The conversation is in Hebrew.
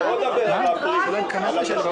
כולל במעגן מיכאל,